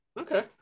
Okay